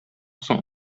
соң